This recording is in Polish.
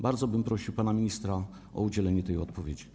Bardzo bym prosił pana ministra o udzielenie odpowiedzi.